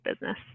business